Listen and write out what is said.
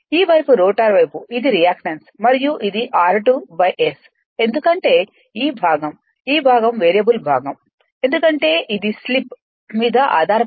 ఈ వైపు రోటర్ వైపు ఇది రియాక్టెన్స్ మరియు ఇది r2 Sఎందుకంటే ఈ భాగం ఈ భాగం వేరియబుల్ భాగం ఎందుకంటే ఇది స్లిప్ మీద ఆధారపడి ఉంటుంది